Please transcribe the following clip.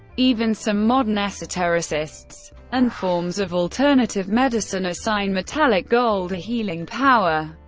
even some modern esotericists and forms of alternative medicine assign metallic gold a healing power.